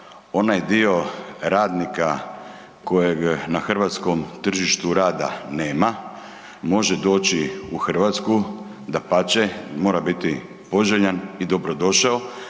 onaj dio radnika kojeg na hrvatskom tržištu rada nema može doći u Hrvatsku, dapače mora biti poželjan i dobrodošao,